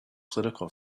political